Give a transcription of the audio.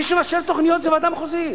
מי שמאשר תוכניות זה הוועדה המחוזית.